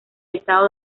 estado